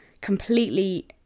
completely